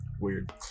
Weird